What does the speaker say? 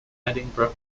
edinburgh